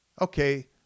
okay